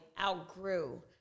outgrew